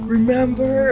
Remember